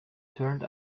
turned